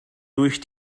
durch